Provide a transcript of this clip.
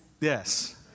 yes